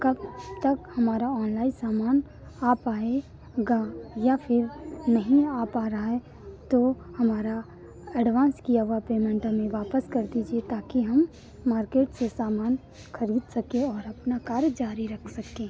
कब तक हमारा ऑनलाइन सामान आ पाएगा या फ़िर नहीं आ पा रहा है तो हमारा एडवांस किया पेमेंट हमें वापस कर दीजिए ताकि हम मार्केट से सामान खरीद सकें और अपना कार्य जारी रख सकें